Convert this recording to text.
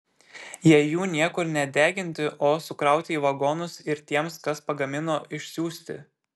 jei jų niekur nedeginti o sukrauti į vagonus ir tiems kas pagamino išsiųsti